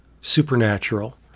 supernatural